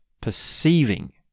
perceiving